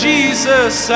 Jesus